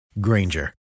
Granger